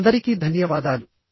అందరికీ ధన్యవాదాలు